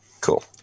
Cool